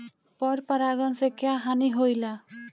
पर परागण से क्या हानि होईला?